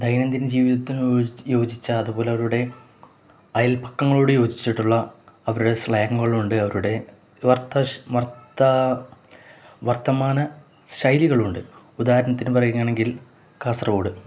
ദൈനംദിന ജീവിതത്തിനു യോജിച്ച അതുപോലെ അവരുടെ അയൽപക്കങ്ങളോടു യോജിച്ചിട്ടുള്ള അവരുടെ സ്ലാങ്ങുകളുണ്ട് അവരുടെ വർത്തമാന ശൈലികളുണ്ട് ഉദാഹരണത്തിന് പറയുകയാണെങ്കിൽ കാസർഗോഡ്